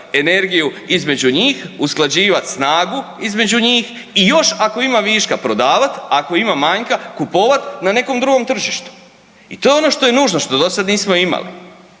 energiju između njih, usklađivat snagu između njih i još ako ima viška prodavat, ako ima manjka kupovat na nekom drugom tržištu i to je ono što je nužno, što do sad nismo imali.